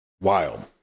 Wild